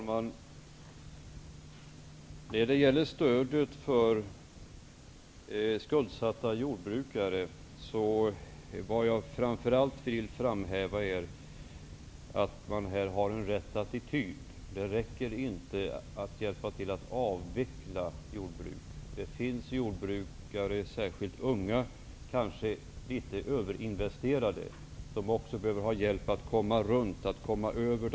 Herr talman! Det jag framför allt vill framhäva när det gäller stödet för det skuldsatta jordbruket är att man har rätt attityd. Det räcker inte att hjälpa till att avveckla jordbruk. Det finns jordbrukare -- särskilt unga, kanske litet överinvesterade -- som behöver ha hjälp att komma över toppen.